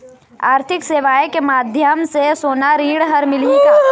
आरथिक सेवाएँ के माध्यम से सोना ऋण हर मिलही का?